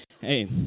Hey